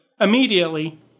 immediately